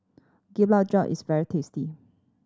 Gulab Jamun is very tasty